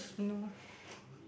no